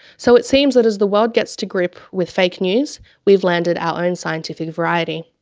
so it seems that as the world gets to grip with fake news, we've landed our own scientific variety.